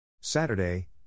Saturday